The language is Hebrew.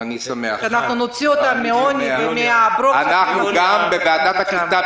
אנחנו נוציא אותם מהעוני ומהברוך -- אנחנו גם בוועדת הקליטה,